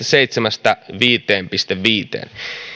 seitsemästä viiteen pilkku viiteen